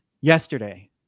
yesterday